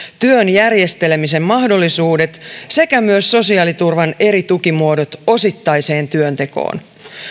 työn järjestelemisen mahdollisuudet sekä myös sosiaaliturvan eri tukimuodot osittaiseen työntekoon